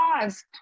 caused